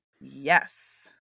Yes